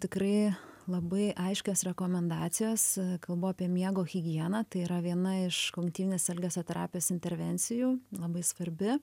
tikrai labai aiškios rekomendacijos kalbu apie miego higieną tai yra viena iš kognityvinės elgesio terapijos intervencijų labai svarbi